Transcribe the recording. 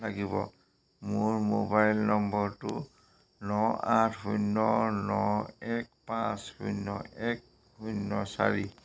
লাগিব মোৰ মোবাইল নম্বৰটো ন আঠ শূন্য ন এক পাঁচ শূন্য এক শূন্য চাৰি